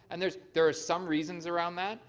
and there's there is some reasons around that,